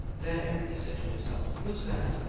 there! he said to himself. who's that?